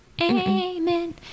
Amen